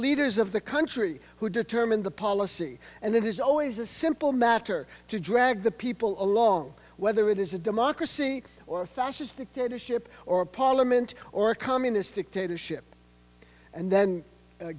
leaders of the country who determine the policy and it is always a simple matter to drag the people along whether it is a democracy or a fascist dictatorship or a parliament or a communist dictatorship and then